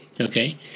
okay